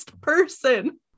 person